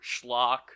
schlock